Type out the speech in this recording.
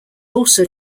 also